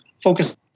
focus